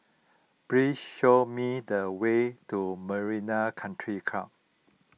please show me the way to Marina Country Club